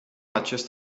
acest